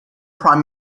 prime